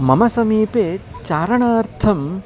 मम समीपे चारणार्थम्